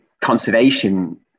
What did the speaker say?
conservation